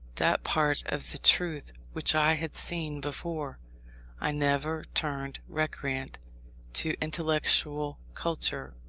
that part of the truth which i had seen before i never turned recreant to intellectual culture,